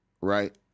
right